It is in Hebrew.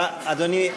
אדוני היושב-ראש,